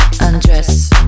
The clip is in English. undress